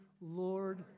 Lord